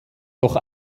doch